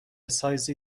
سایزی